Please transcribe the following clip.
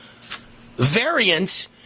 variant